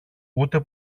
ούτε